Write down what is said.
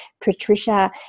Patricia